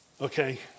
Okay